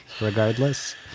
regardless